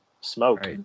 smoke